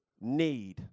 need